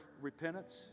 repentance